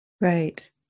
Right